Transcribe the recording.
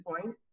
point